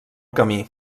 camí